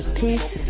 peace